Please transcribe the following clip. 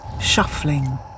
shuffling